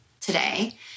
today